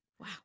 Wow